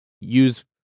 use